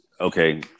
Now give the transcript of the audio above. Okay